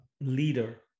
leader